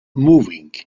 moving